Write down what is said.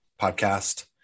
podcast